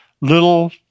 little